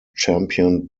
championed